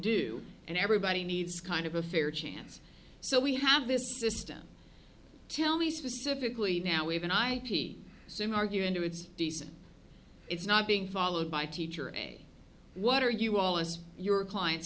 do and everybody needs kind of a fair chance so we have this system tell me specifically now we have an ip so in arguing too it's decent it's not being followed by teacher and what are you all as your clients